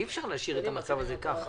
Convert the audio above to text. אי אפשר להשאיר את המצב הזה ככה.